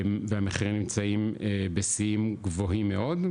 והמחירים נמצאים בשיאים גבוהים מאוד.